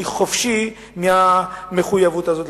אני חופשי מהמחויבות הזאת למדינה.